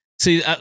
See